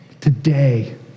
Today